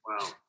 Wow